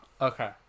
okay